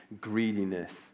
greediness